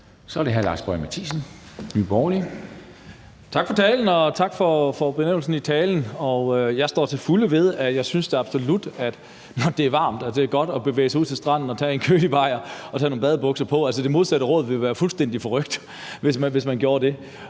Kl. 14:09 Lars Boje Mathiesen (NB): Tak for talen, og tak for benævnelsen i talen. Og jeg står til fulde ved, at jeg da absolut synes, at det, når det er varmt, er godt at bevæge sig ud til stranden og tage en kølig bajer og tage nogle badebukser på. Det modsatte råd ville være fuldstændig forrykt, altså hvis man gjorde det.